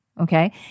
Okay